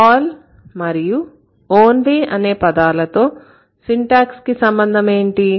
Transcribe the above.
All మరియు only అనే పదాలతో సింటాక్స్ కి సంబంధం ఏంటి